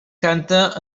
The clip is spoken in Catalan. canta